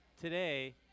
today